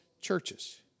churches